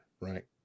right